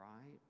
right